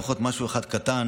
אני אומר לפחות משהו אחד קטן.